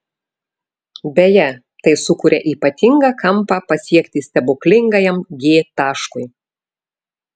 beje tai sukuria ypatingą kampą pasiekti stebuklingajam g taškui